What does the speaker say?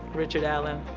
richard allen,